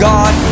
God